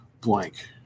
blank